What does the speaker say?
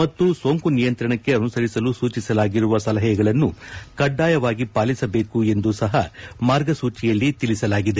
ಮತ್ತು ಸೋಂಕು ನಿಯಂತ್ರಣಕ್ಕೆ ಅನುಸರಿಸಲು ಸೂಚಿಸಲಾಗಿರುವ ಸಲಹೆಗಳನ್ನು ಕಡ್ಡಾಯವಾಗಿ ಪಾಲಿಸಬೇಕು ಎಂದು ಸಹ ಮಾರ್ಗಸೂಚಿಯಲ್ಲಿ ತಿಳಿಸಲಾಗಿದೆ